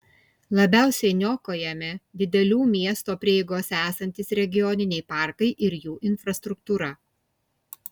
labiausiai niokojami didelių miesto prieigose esantys regioniniai parkai ir jų infrastruktūra